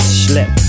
slip